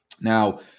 Now